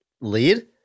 Lead